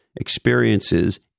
experiences